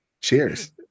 Cheers